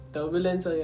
Turbulence